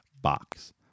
box